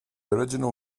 original